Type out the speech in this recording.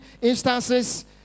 instances